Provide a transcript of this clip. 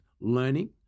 learning